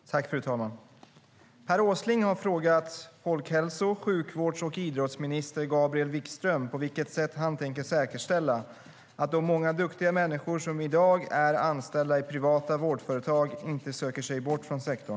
Fru talman! Per Åsling har frågat folkhälso-, sjukvårds och idrottsminister Gabriel Wikström på vilket sätt han tänker säkerställa att de många duktiga människor som i dag är anställda i privata vårdföretag inte söker sig bort från sektorn.